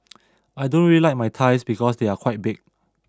I don't really like my thighs because they are quite big